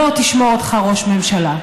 לא תשמור אותך ראש ממשלה.